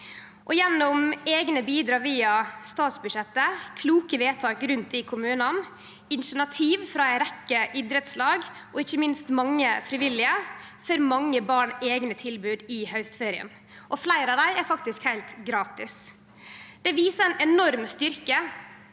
Gjennom eigne bidrag via statsbudsjettet, kloke vedtak rundt i kommunane, initiativ frå ei rekkje idrettslag og ikkje minst mange frivillige får mange barn eigne tilbod i haustferien. Fleire av dei er faktisk heilt gratis. Det viser ein enorm styrke